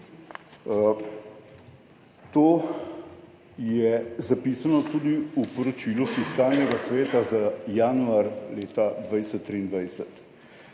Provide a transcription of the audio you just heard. To je zapisano tudi v poročilu Fiskalnega sveta za januar leta 2023.